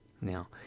Now